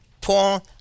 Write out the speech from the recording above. point